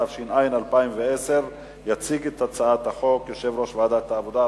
התש"ע 2010. יציג את הצעת החוק יושב-ראש ועדת העבודה,